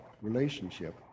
relationship